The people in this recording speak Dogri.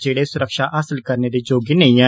जेह्ड़े सुरक्षा हासल करने दे योग्य नेई ऐ